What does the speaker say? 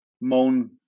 moan